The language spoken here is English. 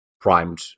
primed